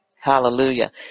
Hallelujah